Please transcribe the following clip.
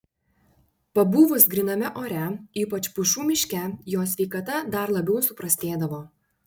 pabuvus gryname ore ypač pušų miške jo sveikata dar labiau suprastėdavo